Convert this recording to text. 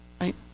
Right